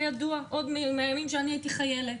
זה ידוע עוד מהימים שאני הייתי חיילת,